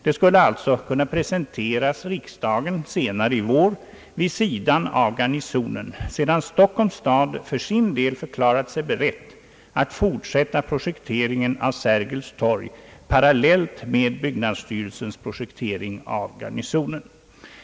Det skulle alltså kunna presenteras riksdagen senare i vår vid sidan av Garnisons-alternativet, sedan Stockholms stad för sin del förklarat sig beredd att fortsätta projekteringen av Sergels torg parallellt med byggnadsstyrelsens projektering av kvarteret Garnisonen.